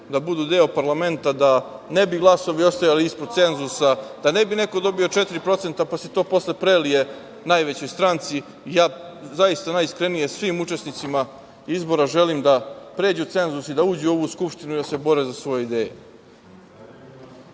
da budu deo parlamenta, da ne bi glasovi ostajali ispod cenzusa, da ne bi neko dobio 4%, pa se to posle prelije najvećoj stranci. Zaista, ja najiskrenije svim učesnicima izbora želim da pređu cenzus i da uđu u ovu Skupštinu i da se bore za svoje ideje. Kad